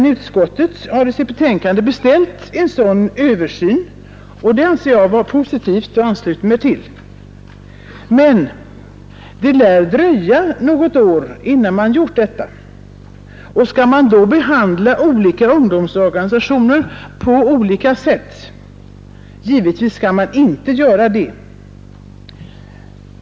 Utskottet har i sitt betänkande beställt en sådan översyn, vilket jag anser vara positivt och ansluter mig till. Men det lär dröja år innan man gjort detta. Skall man då behandla olika ungdomsorganisationer på olika sätt? Givetvis skall man inte göra det.